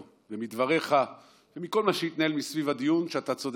מדבריך ומכל מה שהתנהל סביב הדיון, שאתה צודק: